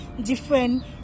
different